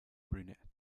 brunette